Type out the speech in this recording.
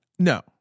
No